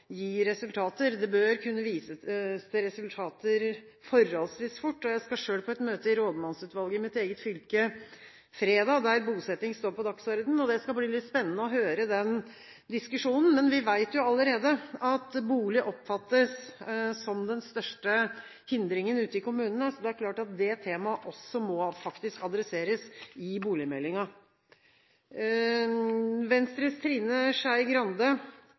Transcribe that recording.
gi resultater. Det bør kunne vises til resultater forholdsvis fort. Jeg skal selv på et møte i rådmannsutvalget i mitt eget fylke på fredag. Der står bosetting på dagsorden, og det skal bli litt spennende å høre den diskusjonen. Men vi vet jo allerede at bolig oppfattes som den største hindringen ute i kommunene, så det er klart at det temaet faktisk også må adresseres i boligmeldingen. Venstres Trine Skei Grande